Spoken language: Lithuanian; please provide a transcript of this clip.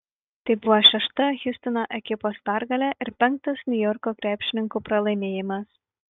tai buvo šešta hjustono ekipos pergalė ir penktas niujorko krepšininkų pralaimėjimas